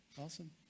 awesome